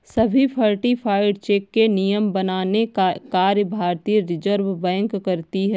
सभी certified check के नियम बनाने का कार्य भारतीय रिज़र्व बैंक करती है